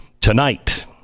tonight